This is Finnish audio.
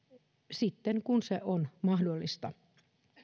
sitten kun se on mahdollista